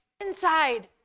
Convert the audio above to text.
inside